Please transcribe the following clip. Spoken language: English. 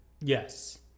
Yes